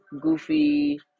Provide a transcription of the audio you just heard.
goofy